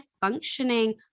functioning